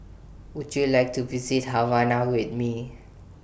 Would YOU like to visit Havana with Me